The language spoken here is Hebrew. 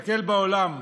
תסתכל בעולם,